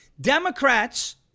Democrats